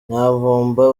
nyamvumba